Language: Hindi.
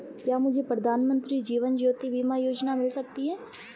क्या मुझे प्रधानमंत्री जीवन ज्योति बीमा योजना मिल सकती है?